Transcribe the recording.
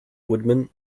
woodman